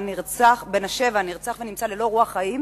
נרצח ונמצא ללא רוח חיים